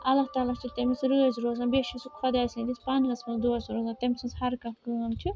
اللہ تعالیٰ چھُ تٔمِس رٲضۍ روزان بیٚیہِ چھُ سُہ خۄدایہِ سٕنٛدِس پناہَس منٛز دوہَس رۄزان تٔمۍ سٕنٛز ہر کانٛہہ کٲم چھِ